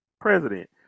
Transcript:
president